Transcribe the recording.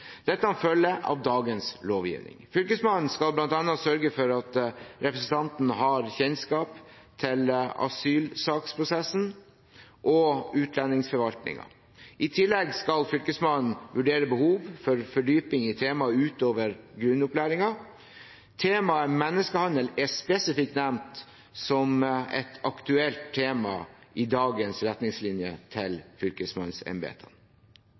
Dette følger av dagens lovgivning. Fylkesmannen skal bl.a. sørge for at representantene har kjennskap til asylsaksprosessen og utlendingsforvaltningen. I tillegg skal Fylkesmannen vurdere behov for fordypning i temaet utover grunnopplæringen. Temaet menneskehandel er spesifikt nevnt som et aktuelt tema i dagens retningslinjer for fylkesmannsembetet. Jeg har tillit til